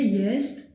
jest